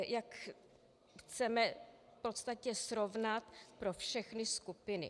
jak chceme v podstatě srovnat pro všechny skupiny.